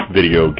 Video